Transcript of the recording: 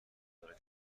مدارک